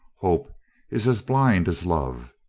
hope is as blind as love.